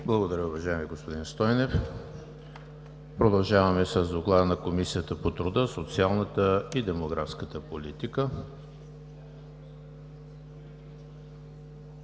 Благодаря Ви, уважаеми господин Стойнев. Продължаваме с Доклада на Комисията по труда, социалната и демографската политика.